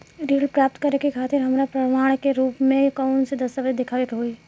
ऋण प्राप्त करे के खातिर हमरा प्रमाण के रूप में कउन से दस्तावेज़ दिखावे के होइ?